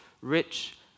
rich